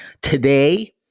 Today